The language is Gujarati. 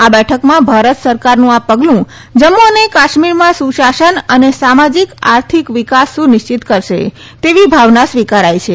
આ બેઠકમાં ભારત સરકારનું આ પગલું જમ્મુ અને કાશ્મીરમાં સુશાસન અને સામાજિક આર્થિક વિકાસ સુનિશ્ચિત કરશે તેવી ભાવના સ્વીકારાઈ છે